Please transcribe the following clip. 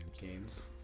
Games